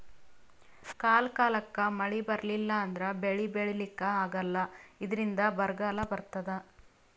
ಕಾಲ್ ಕಾಲಕ್ಕ್ ಮಳಿ ಬರ್ಲಿಲ್ಲ ಅಂದ್ರ ಬೆಳಿ ಬೆಳಿಲಿಕ್ಕ್ ಆಗಲ್ಲ ಇದ್ರಿಂದ್ ಬರ್ಗಾಲ್ ಬರ್ತದ್